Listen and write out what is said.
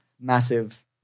massive